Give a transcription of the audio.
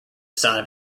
son